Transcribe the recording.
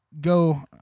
go